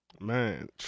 Man